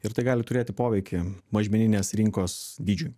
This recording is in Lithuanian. ir tai gali turėti poveikį mažmeninės rinkos dydžiui